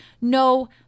no